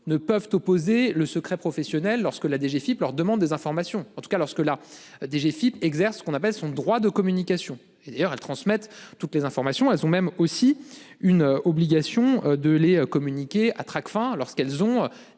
ne peuvent opposer le secret professionnel lorsque la DGFIP leur demande des informations en tout cas lorsque la DGFIP exerce ce qu'on appelle son droit de communication et d'ailleurs elle transmettre toutes les informations elles ont même aussi une obligation de les communiquer à Tracfin lorsqu'elles ont